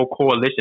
coalition